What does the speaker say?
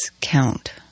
count